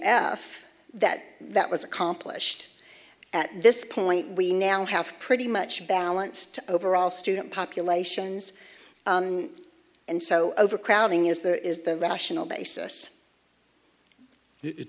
f that that was accomplished at this point we now have pretty much balanced overall student populations and so overcrowding is there is the rational basis it